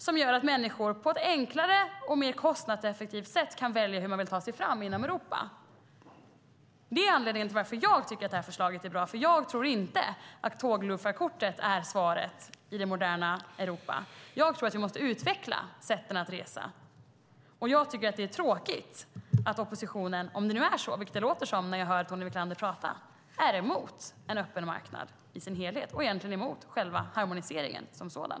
Det gör att människor på ett enklare och ett mer kostnadseffektivt sätt kan välja hur de vill ta sig fram inom Europa. Det är anledningen till att jag tycker att det här förslaget är bra. Jag tror inte att tågluffarkortet är svaret i det moderna Europa, och jag tror att vi måste utveckla sätten att resa. Jag tycker att det är tråkigt att oppositionen, såsom det låter på Tony Wiklander, är emot en öppen marknad i sin helhet och egentligen emot harmoniseringen som sådan.